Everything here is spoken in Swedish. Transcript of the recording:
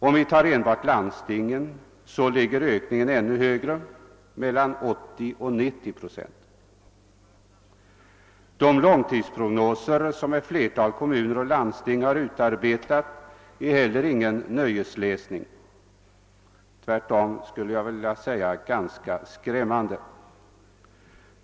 Om vi tar enbart landstingen finner vi att ökningen blir ännu högre — mellan 80 och 90 procent. De långtidsprognoser som ett flertal kommuner och landsting har utarbetat är heller ingen nöjesläsning utan ganska skrämmande.